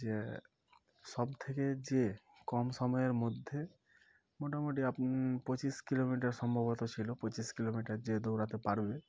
যে সবথেকে যে কম সময়ের মধ্যে মোটামুটি আপ পঁচিশ কিলোমিটার সম্ভবত ছিল পঁচিশ কিলোমিটার যে দৌড়াতে পারবে